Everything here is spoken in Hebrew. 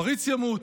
הפריץ ימות,